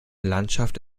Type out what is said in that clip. landschaft